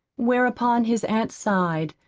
whereupon his aunt sighed,